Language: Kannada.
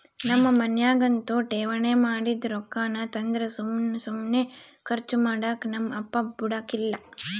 ನಮ್ ಮನ್ಯಾಗಂತೂ ಠೇವಣಿ ಮಾಡಿದ್ ರೊಕ್ಕಾನ ತಂದ್ರ ಸುಮ್ ಸುಮ್ನೆ ಕರ್ಚು ಮಾಡಾಕ ನಮ್ ಅಪ್ಪ ಬುಡಕಲ್ಲ